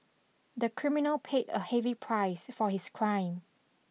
the criminal paid a heavy price for his crime